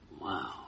Wow